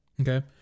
okay